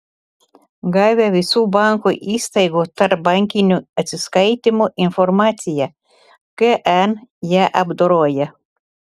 gavę visų bankų įstaigų tarpbankinių atsiskaitymų informaciją kn ją apdoroja